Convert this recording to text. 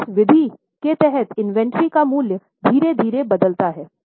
तो इस विधि के तहत इन्वेंट्री का मूल्य धीरे धीरे बदलता है